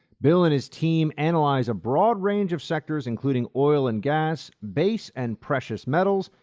bill and his team analyze a broad range of sectors including oil and gas, base and precious metals,